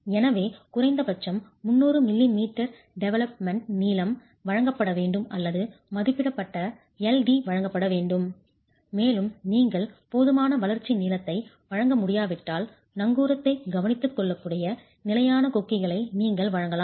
எனவே குறைந்தபட்சம் 300 மிமீ டெவலப்மெண்ட் நீளம் வழங்கப்பட வேண்டும் அல்லது மதிப்பிடப்பட்டபடி Ld வழங்கப்பட வேண்டும் மேலும் நீங்கள் போதுமான வளர்ச்சி நீளத்தை வழங்க முடியாவிட்டால் நங்கூரத்தை கவனித்துக்கொள்ளக்கூடிய நிலையான கொக்கிகளை நீங்கள் வழங்கலாம்